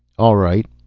all right,